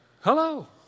Hello